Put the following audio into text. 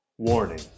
Warning